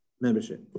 membership